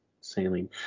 Sailing